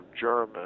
German